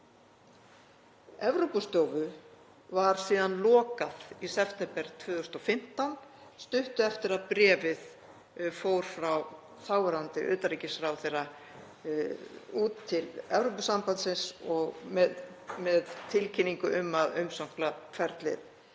Evrópustofu var síðan lokað í september 2015, stuttu eftir að bréfið fór frá þáverandi utanríkisráðherra út til Evrópusambandsins með tilkynningu um að umsóknarferlið